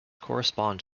correspond